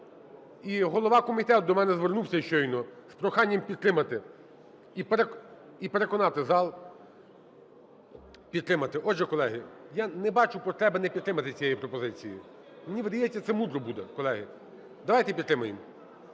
І голова комітету до мене звернувся щойно з проханням підтримати і переконати зал підтримати. Отже, колеги, я не бачу потреби не підтримати цієї пропозиції. Мені видається, це мудро буде, колеги. Давайте підтримаємо.